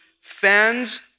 fans